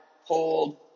hold